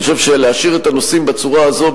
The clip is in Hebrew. אני חושב שלהשאיר את הנוסעים בצורה הזו,